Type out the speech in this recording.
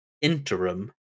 interim